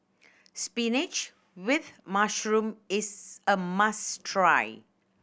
spinach with mushroom is a must try